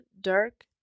dark